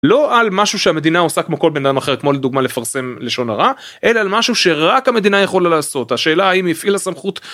לא על משהו שהמדינה עושה כמו כל בן אדם אחר כמו לדוגמה לפרסם לשון הרע אלא על משהו שרק המדינה יכולה לעשות השאלה האם הפעילה סמכות.